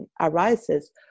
arises